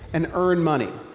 and earn money.